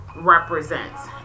represents